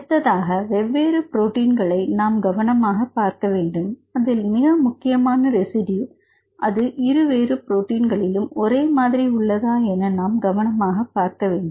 அடுத்ததாக வெவ்வேறு புரோட்டின்களை நம் கவனமாக பார்க்கவேண்டும் அதில் மிக முக்கியமான ரெசிடியூ அது இரு வெவ்வேறு புரோட்டின்களிலும் ஒரே மாதிரி உள்ளதா என நாம் மிக கவனமாக பார்க்க வேண்டும்